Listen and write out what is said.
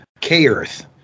K-Earth